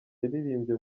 yaririmbye